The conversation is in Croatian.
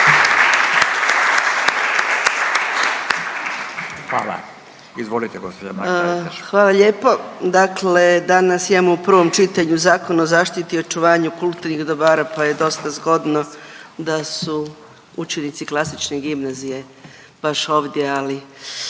**Mrak-Taritaš, Anka (GLAS)** Hvala lijepo. Dakle, danas imamo u prvom čitanju Zakon o zaštiti i očuvanju kulturnih dobara pa je dosta zgodno da su učenici Klasične gimnazije baš ovdje, ali